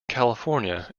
california